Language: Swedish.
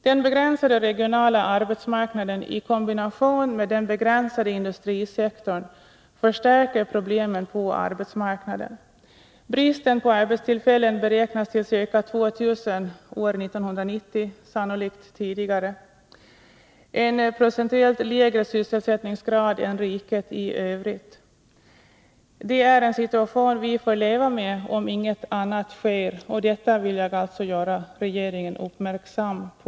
Den begränsade regionala arbetsmarknaden i kombination med den begränsade industrisektorn förstärker problemen på arbetsmarknaden. Bristen på arbetstillfällen beräknas till ca 2000 år 1990, sannolikt tidigare, en procentuellt lägre sysselsättningsgrad än i riket i övrigt. Det är en situation vi får leva med om inget annat sker, och detta vill jag alltså göra regeringen uppmärksam på.